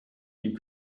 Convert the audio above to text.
ihn